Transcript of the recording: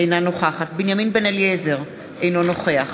אינה נוכחת בנימין בן-אליעזר, אינו נוכח